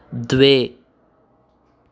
द्वे